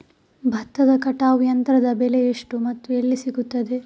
ಭತ್ತದ ಕಟಾವು ಯಂತ್ರದ ಬೆಲೆ ಎಷ್ಟು ಮತ್ತು ಎಲ್ಲಿ ಸಿಗುತ್ತದೆ?